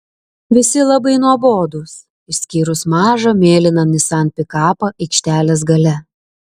visi labai nuobodūs išskyrus mažą mėlyną nissan pikapą aikštelės gale